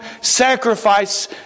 Sacrifice